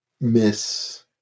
miss